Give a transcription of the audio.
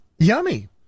Yummy